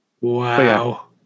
Wow